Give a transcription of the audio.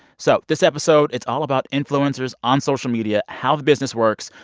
so this episode, it's all about influencers on social media, how the business works,